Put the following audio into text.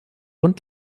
und